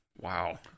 Wow